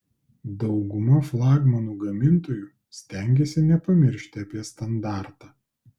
dauguma flagmanų gamintojų stengiasi nepamiršti apie standartą